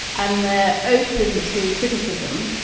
and they're open to criticism.